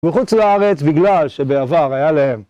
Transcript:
וחוץ לארץ בגלל שבעבר היה להם.